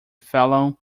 fellow